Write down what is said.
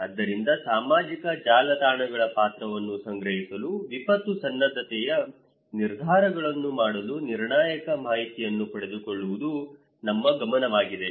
ಆದ್ದರಿಂದ ಸಾಮಾಜಿಕ ಜಾಲತಾಣಗಳ ಪಾತ್ರವನ್ನು ಸಂಗ್ರಹಿಸಲು ವಿಪತ್ತು ಸನ್ನದ್ಧತೆಯ ನಿರ್ಧಾರಗಳನ್ನು ಮಾಡಲು ನಿರ್ಣಾಯಕ ಮಾಹಿತಿಯನ್ನು ಪಡೆದುಕೊಳ್ಳುವುದು ನಮ್ಮ ಗಮನವಾಗಿದೆ